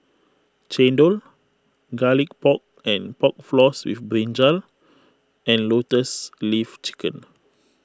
Chendol Garlic Pork and Pork Floss with Brinjal and Lotus Leaf Chicken